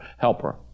helper